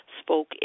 Spoke